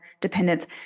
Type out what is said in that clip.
dependence